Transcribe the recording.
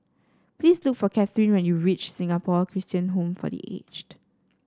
please look for Cathryn when you reach Singapore Christian Home for The Aged